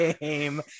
game